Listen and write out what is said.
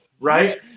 Right